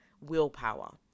willpower